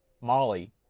Molly